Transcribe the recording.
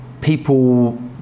people